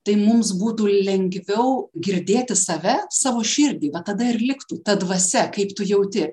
tai mums būtų lengviau girdėti save savo širdį va tada ir liktų ta dvasia kaip tu jauti